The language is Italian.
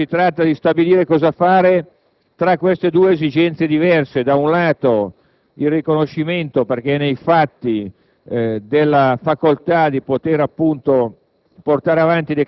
Si tratta di stabilire cosa fare rispetto a queste due esigenze diverse: da un lato, il riconoscimento - perché è nei fatti - della facoltà di poter, appunto,